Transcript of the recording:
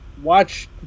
watch